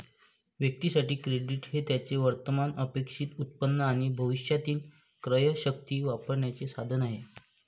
व्यक्तीं साठी, क्रेडिट हे त्यांचे वर्तमान अपेक्षित उत्पन्न आणि भविष्यातील क्रयशक्ती वापरण्याचे साधन आहे